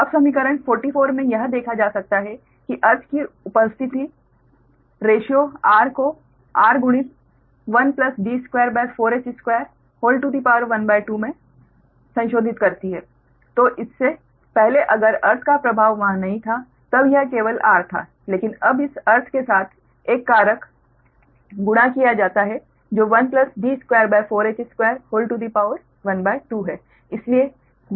अब समीकरण 44 में यह देखा जा सकता है कि अर्थ की उपस्थिति रेशिओ r को r गुणित 1 D24h2 12 में संशोधित करती है तो इससे पहले अगर अर्थ का प्रभाव वहाँ नहीं था तब यह केवल r था लेकिन अब इस अर्थ के साथ एक कारक गुणा किया जाता है जो 1 D24h2 12 है